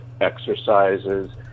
exercises